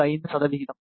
025 சதவிகிதம்